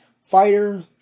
Fighter